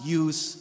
use